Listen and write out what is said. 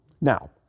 Now